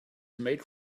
made